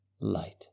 light